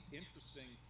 interesting